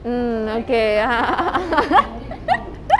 mm okay